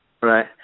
Right